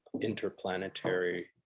interplanetary